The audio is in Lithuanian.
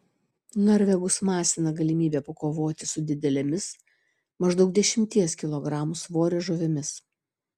norvegus masina galimybė pakovoti su didelėmis maždaug dešimties kilogramų svorio žuvimis